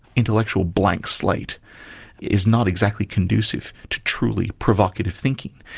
intellectual blank slate is not exactly conducive to truly provocative thinking.